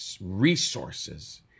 resources